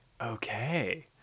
okay